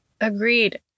Agreed